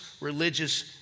religious